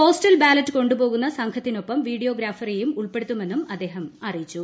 postal കൊണ്ടുപോകുന്ന സംഘത്തിനൊപ്പം video ballot ഗ്രാഫറെയും ഉൾപ്പെടുത്തുമെന്നും അദ്ദേഹം അറിയിച്ചു